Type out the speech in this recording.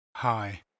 Hi